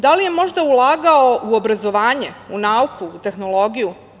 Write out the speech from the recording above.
Da li je možda ulagao u obrazovanje, nauku, tehnologiju?